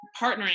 partnering